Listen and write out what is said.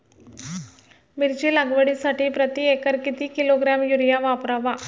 मिरची लागवडीसाठी प्रति एकर किती किलोग्रॅम युरिया वापरावा?